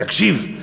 תקשיב,